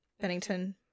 Bennington